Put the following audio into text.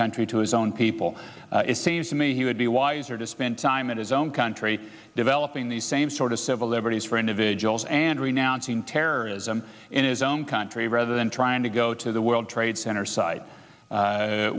country to his own people it seems to me he would be wiser to spend time in his own country developing these same sort of civil liberties for individuals and renouncing terrorism in his own country rather than trying to go to the world trade center site